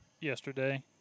yesterday